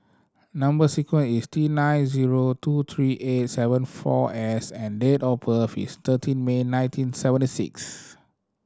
number sequence is T nine zero two three eight seven four S and date of birth is thirteen May nineteen seventy six